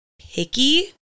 picky